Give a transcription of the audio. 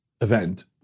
event